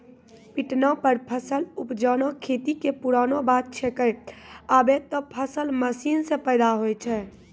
पिटना पर फसल उपजाना खेती कॅ पुरानो बात छैके, आबॅ त फसल मशीन सॅ पैदा होय छै